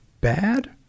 bad